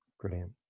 Brilliant